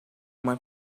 uma